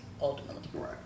ultimately